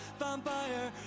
vampire